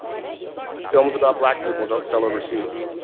films about black people don't sell overseas.